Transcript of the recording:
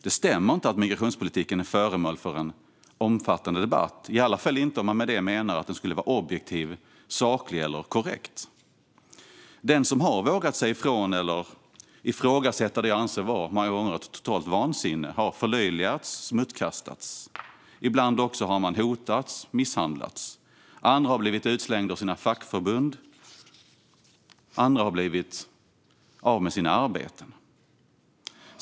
Det stämmer inte att migrationspolitiken är föremål för omfattande debatt - i alla fall inte om man med det menar att den skulle vara objektiv, saklig eller korrekt. Den som har vågat säga ifrån eller ifrågasätta det jag många gånger anser vara ett totalt vansinne har förlöjligats och smutskastats. Ibland har människor hotats och misshandlats. Vissa har blivit utslängda av sina fackförbund, och andra har blivit av med sina arbeten.